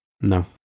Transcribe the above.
no